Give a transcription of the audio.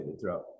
throughout